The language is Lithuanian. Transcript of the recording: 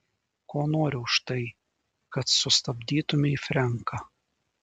ko nori už tai kad sustabdytumei frenką